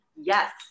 yes